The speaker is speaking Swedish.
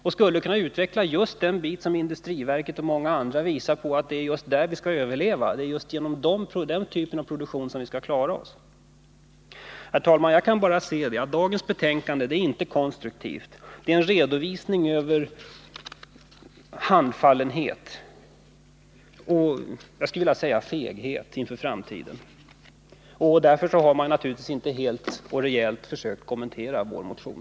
Det skulle kunna utveckla just den bit där industriverket och många andra visar att det gäller att överleva. Just genom den typen av produktion kan vi klara oss. Fru talman! Dagens betänkande är inte konstruktivt. Det utgör en redovisning av handfallenhet och feghet inför framtiden. Därför har man naturligtvis inte helt och rejält försökt kommentera vår motion.